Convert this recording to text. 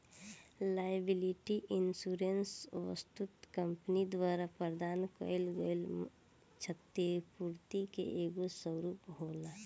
liability insurance वस्तुतः company द्वारा प्रदान कईल गईल छतिपूर्ति के एगो स्वरूप होला